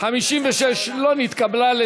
56 לא נתקבלה,